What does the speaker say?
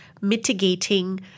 mitigating